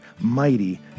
Mighty